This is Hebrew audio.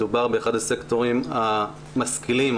מדובר באחד הסקטורים המשכילים,